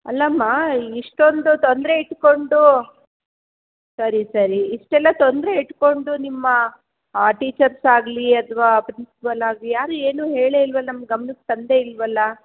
ಅಲ್ಲಮ್ಮ ಇಷ್ಟೊಂದು ತೊಂದರೆ ಇಟ್ಟುಕೊಂಡು ಸರಿ ಸರಿ ಇಷ್ಟೆಲ್ಲ ತೊಂದರೆ ಇಟ್ಟುಕೊಂಡು ನಿಮ್ಮ ಟೀಚರ್ಸ್ ಆಗ್ಲಿ ಅಥವಾ ಪ್ರಿನ್ಸಿಪಲ್ ಆಗಲಿ ಯಾರೂ ಏನೂ ಹೇಳೇ ಇಲ್ವಲ್ಲ ನಮ್ಮ ಗಮ್ನಕ್ಕೆ ತಂದೇ ಇಲ್ಲವಲ್ಲ